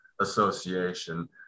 association